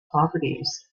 properties